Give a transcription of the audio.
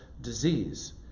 disease